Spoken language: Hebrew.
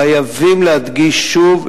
חייבים להדגיש שוב,